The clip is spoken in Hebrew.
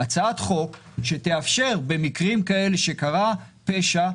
הצעת חוק שתאפשר במקרים כאלה שקרה פשע,